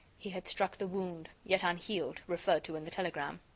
he had struck the wound, yet unhealed, referred to in the telegram.